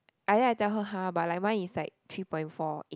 and then I tell her !huh! by like mine is like three point four eight